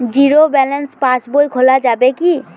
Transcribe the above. Zero balance পাশ বই খোলা যাবে কি?